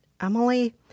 Emily